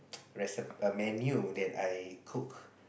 reci~ a menu that I cook